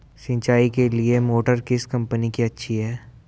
सिंचाई के लिए मोटर किस कंपनी की अच्छी है?